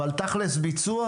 אבל תכלס ביצוע,